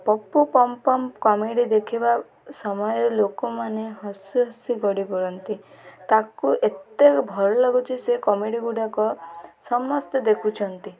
Pappu Pampam comedy ଦେଖିବା ସମୟରେ ଲୋକମାନେ ହସୁ ହସି ଗଡ଼ିପଡ଼ନ୍ତି ତାକୁ ଏତେ ଭଲ ଲାଗୁଛି ସେ କମେଡ଼ି ଗୁଡ଼ାକ ସମସ୍ତେ ଦେଖୁଛନ୍ତି